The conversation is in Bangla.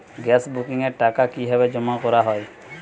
গ্যাস বুকিংয়ের টাকা কিভাবে জমা করা হয়?